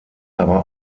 aber